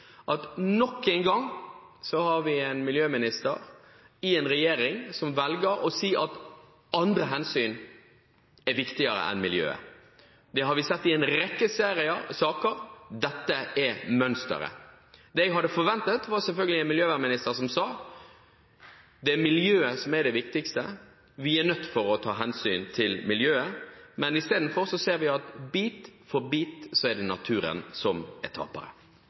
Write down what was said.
at vi nok en gang har en miljøminister i en regjering som velger å si at andre hensyn er viktigere enn miljøet. Det har vi sett i en rekke saker, dette er mønsteret. Det jeg hadde forventet, var selvfølgelig en miljøminister som sa at det er miljøet som er det viktigste, og at vi er nødt til å ta hensyn til miljøet. I stedet ser vi at det er naturen bit for bit som er